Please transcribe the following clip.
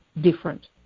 different